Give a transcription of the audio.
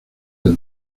del